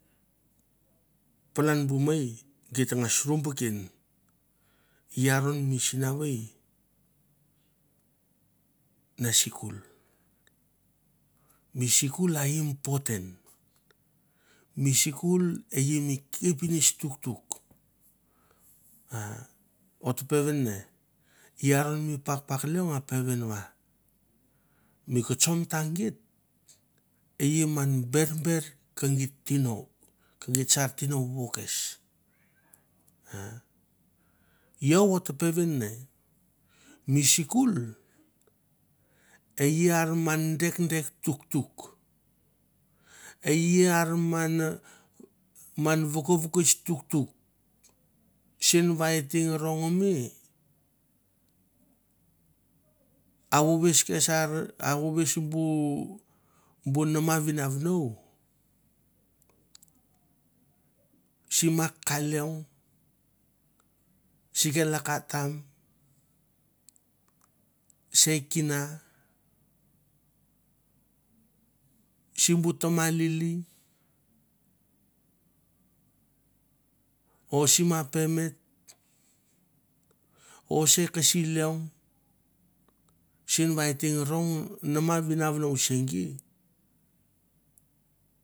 Palan bu mei git tangas rumbeken i aron mi sinavei na sikul. Mi sikul a important, mi sikul e i mi kepinets tuktuk a ot ta peven ne i aron mi pakpak leong a peven va mi kotso mata geit i man berber ke geit tino, ke geit sa tino vovo kes. A iau ot ta peven ne mi sikul ari an man dekdek tuktuk, ari e ian man vokovokoits tuktuk. Sen va e teng rongme avuves ke sar, avuves bu bu nama vinavonou sim mak ka leong, si ke laka tam, se kina simbu tama lili o si m pement o se kisi leong sen va et teng rong nama vinavonou se gi